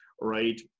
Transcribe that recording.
right